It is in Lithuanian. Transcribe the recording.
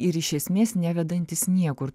ir iš esmės nevedantis niekur